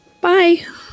bye